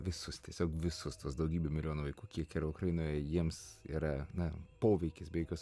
visus tiesiog visus tuos daugybę milijonų vaikų kiek yra ukrainoje jiems yra na poveikis be jokios